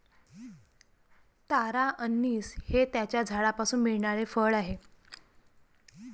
तारा अंनिस हे त्याच्या झाडापासून मिळणारे फळ आहे